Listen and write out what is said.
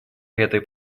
этой